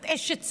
את אשת שר.